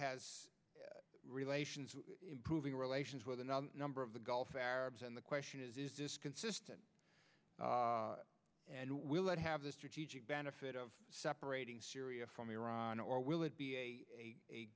has relations improving relations with another number of the gulf arabs and the question is is this consistent and will it have the strategic benefit of separating syria from iran or will it be a